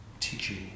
teaching